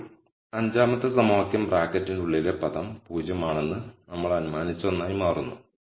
ഇപ്പോൾ അഞ്ചാമത്തെ സമവാക്യം ബ്രാക്കറ്റിനുള്ളിലെ പദം 0 ആണെന്ന് നമ്മൾ അനുമാനിച്ച ഒന്നായി മാറുന്നു